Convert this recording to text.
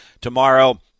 tomorrow